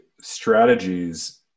strategies